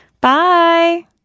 Bye